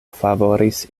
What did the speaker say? favoris